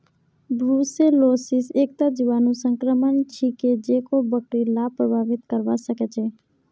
brucellosis एकता जीवाणु संक्रमण छिके जेको बकरि लाक प्रभावित करवा सकेछे